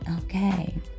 Okay